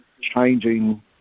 changing